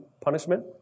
punishment